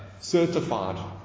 certified